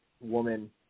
woman